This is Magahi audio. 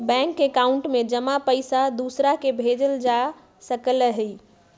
बैंक एकाउंट में जमा पईसा दूसरा के भेजल जा सकलई ह